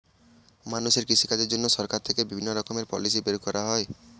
মানুষের কৃষিকাজের জন্য সরকার থেকে বিভিণ্ণ রকমের পলিসি বের করা হয়